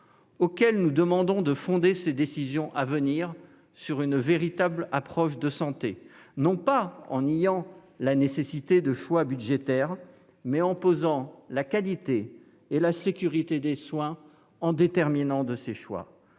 auquel nous demandons de fonder ses décisions à venir sur une véritable approche de santé, non pas en niant la nécessité de choix budgétaires, mais en posant la qualité et la sécurité des soins en déterminant de ces choix.